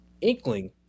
inkling